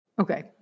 Okay